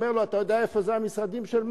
הוא אומר לו: אתה יודע איפה זה המשרדים של מע"צ?